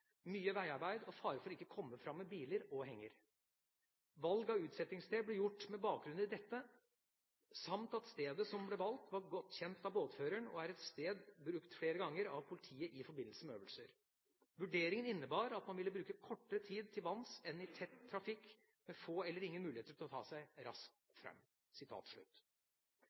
mye veiarbeid og fare for å ikke komme frem med bil henger. Valg av utsettingssted ble gjort med bakgrunn i dette, samt at stedet som ble valgt var godt kjent av båtføreren og er et sted brukt flere ganger av politiet i forbindelse med øvelser. Vurderingen innebar at man ville bruke kortere tid til vanns enn i tett trafikk med få eller ingen muligheter til å ta seg raskt frem.»